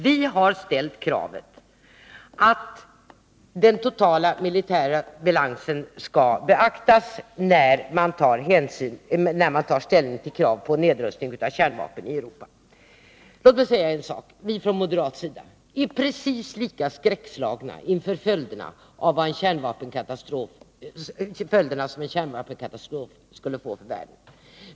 Vi har tidigare ställt kravet att den totala militära balansen skall beaktas när man tar ställning till krav på nedrustning av kärnvapen i Europa. Låt mig också säga en sak: Vi från moderat sida är precis lika skräckslagna som andra inför de följder som en kärnvapenkatastrof skulle kunna få för världen.